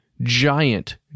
giant